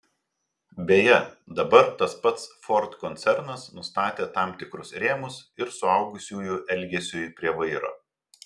beje dabar tas pats ford koncernas nustatė tam tikrus rėmus ir suaugusiųjų elgesiui prie vairo